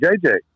JJ